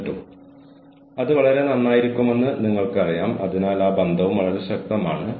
എനിക്ക് തോന്നുന്നു ഞാൻ ഇവിടെ നിർത്താൻ പോകുന്നു